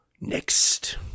Next